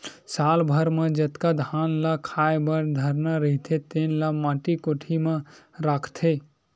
साल भर म जतका धान ल खाए बर धरना रहिथे तेन ल माटी कोठी म राखथे